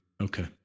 Okay